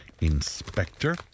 inspector